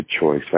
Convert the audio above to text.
choice